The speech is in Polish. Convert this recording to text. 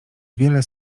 wiele